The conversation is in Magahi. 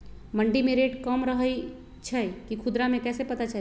मंडी मे रेट कम रही छई कि खुदरा मे कैसे पता चली?